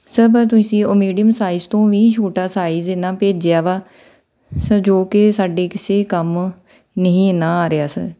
sir ਬ ਤੁਸੀਂ ਉਹ ਮੀਡੀਅਮ ਸਾਈਜ਼ ਤੋਂ ਵੀ ਛੋਟਾ ਸਾਈਜ਼ ਇਹ ਨਾ ਭੇਜਿਆ ਵਾ ਸਰ ਜੋ ਕਿ ਸਾਡੇ ਕਿਸੇ ਕੰਮ ਨਹੀਂ ਇਹ ਨਾ ਆ ਰਿਹਾ ਸਰ